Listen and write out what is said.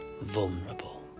vulnerable